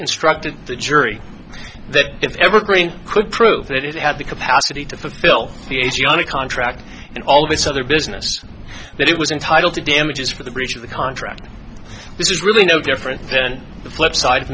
instructed the jury that if evergreen could prove that it had the capacity to fulfill the ac on a contract and all this other business that it was entitled to damages for the breach of the contract this is really no different than the flip side of